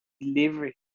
delivery